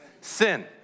Sin